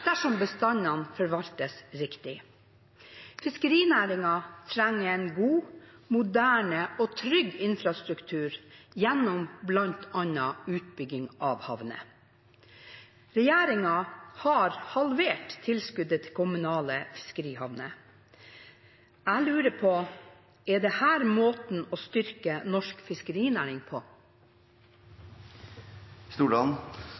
dersom bestandene forvaltes riktig. Fiskerinæringen trenger en god, moderne og trygg infrastruktur, gjennom bl.a. utbygging av havner. Regjeringen har halvert tilskuddet til kommunale fiskerihavner. Jeg lurer på: Er dette måten å styrke norsk fiskerinæring på?